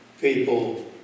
people